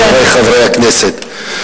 חברי חברי הכנסת,